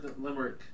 Limerick